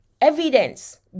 evidence